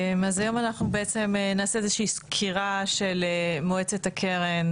אנחנו היום נעשה איזה שהיא סקירה של מועצת הקרן